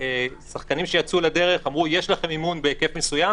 שחקנים שיצאו לדרך אמרו: יש לכם מימון בהיקף מסוים,